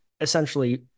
essentially